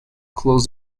close